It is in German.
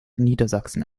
niedersachsen